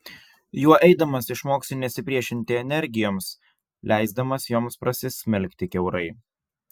juo eidamas išmoksi nesipriešinti energijoms leisdamas joms prasismelkti kiaurai